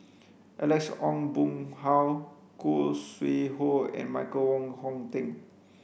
Alex Ong Boon Hau Khoo Sui Hoe and Michael Wong Hong Teng